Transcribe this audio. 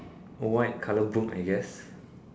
white colour book I guess